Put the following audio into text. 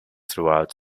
throughout